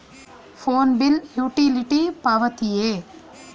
Phone bill utility ಪಾವತಿಯೇ?